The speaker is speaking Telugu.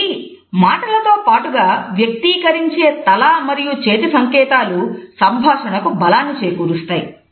కాబట్టి మాటలతో పాటుగా వ్యక్తీకరించే తల మరియు చేతి సంకేతాలు సంభాషణకు బలాన్ని చేకూరుస్తాయి